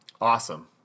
Awesome